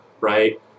right